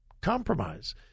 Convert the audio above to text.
compromise